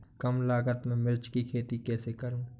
कम लागत में मिर्च की खेती कैसे करूँ?